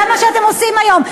זה מה שאתם עושים היום.